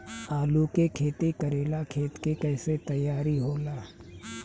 आलू के खेती करेला खेत के कैसे तैयारी होला?